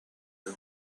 the